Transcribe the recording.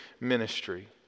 ministry